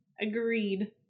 Agreed